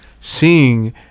seeing